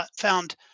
found